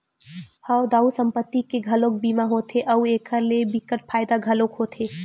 हव दाऊ संपत्ति के घलोक बीमा होथे अउ एखर ले बिकट फायदा घलोक होथे